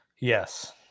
Yes